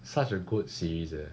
such a good series eh